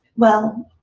well,